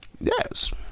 Yes